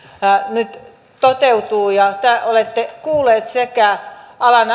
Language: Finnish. nyt toteutuu ja te olette kuullut sekä alan